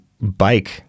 bike